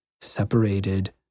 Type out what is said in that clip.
separated